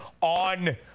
on